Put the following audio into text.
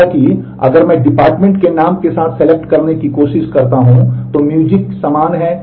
हालांकि अगर मैं डिपार्टमेंट हो सकता है